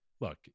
Look